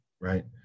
right